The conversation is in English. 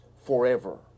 forever